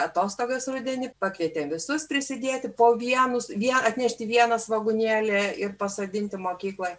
atostogas rudenį pakvietėm visus prisidėti po vienus vien atnešti vieną svogūnėlį ir pasodinti mokykloj